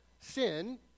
sin